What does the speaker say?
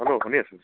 hello শুনি আছোঁ